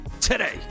Today